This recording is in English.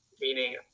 meaning